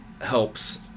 helps